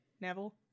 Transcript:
Neville